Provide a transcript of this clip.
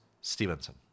Stevenson